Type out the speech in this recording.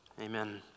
amen